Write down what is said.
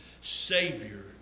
Savior